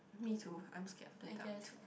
me too I'm scared of the dark too